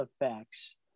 effects